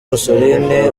mussolini